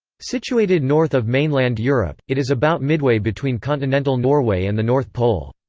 situated north of mainland europe, it is about midway between continental norway and the north pole.